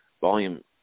Volume